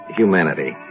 humanity